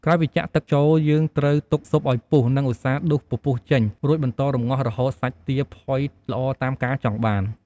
ក្រោយពីចាក់់ទឹកចូល យើងត្រូវទុកស៊ុបឱ្យពុះ និង ឧស្សាហ៍ដួសពពុះចេញ រួចបន្តរំងាស់រហូតសាច់ទាផុយល្អតាមការចង់បាន។